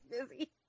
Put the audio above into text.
busy